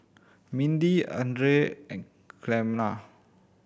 Mindi Andrae and Clemma